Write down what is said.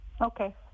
Okay